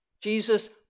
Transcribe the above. Jesus